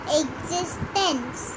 existence